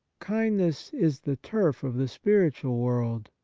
kindness is the turf of the spiritual world,